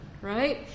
right